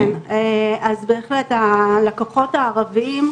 אז בהחלט הלקוחות הערבים,